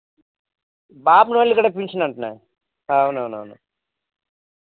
బాపనోళ్ళకి కూడా పెన్షన్ అంటనే అవునవునవును